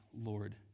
Lord